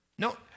No